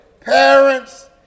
parents